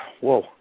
Whoa